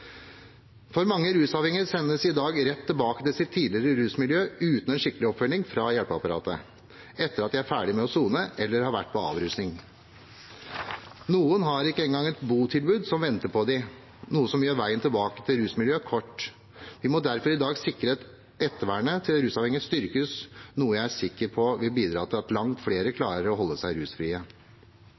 Mange rusavhengige sendes i dag rett tilbake til sitt tidligere rusmiljø uten en skikkelig oppfølging fra hjelpeapparatet etter at de er ferdig med å sone eller har vært på avrusing. Noen har ikke engang et botilbud som venter på dem, noe som gjør veien tilbake til rusmiljøet kort. Vi må derfor i dag sikre at ettervernet til rusavhengige styrkes, noe jeg er sikker på vil bidra til at langt flere klarer å holde seg rusfrie.